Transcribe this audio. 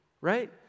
right